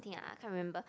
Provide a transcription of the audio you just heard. thing ah I can't remember